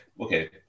Okay